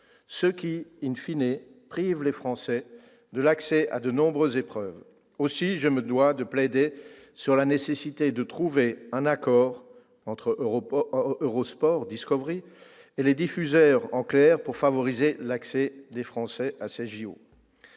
ce qui prive les Français de l'accès à de nombreuses épreuves. Aussi, je me dois de plaider la nécessité de trouver un accord entre et les diffuseurs en clair, pour favoriser l'accès des Français à ces